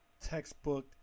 textbook